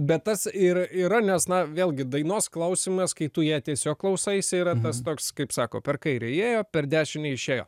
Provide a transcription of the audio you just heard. bet tas ir yra nes na vėlgi dainos klausymas kai tu ją tiesiog klausaisi yra tas toks kaip sako per kairę įėjo per dešinę išėjo